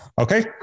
Okay